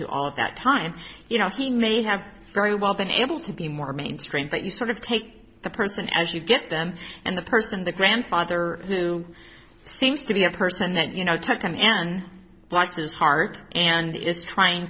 to all of that time you know he may have very well been able to be more mainstream but you sort of take the person as you get them and the person the grandfather who seems to be a person that you know took them and bless his heart and is trying